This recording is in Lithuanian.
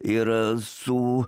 ir su